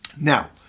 Now